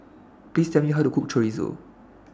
Please Tell Me How to Cook Chorizo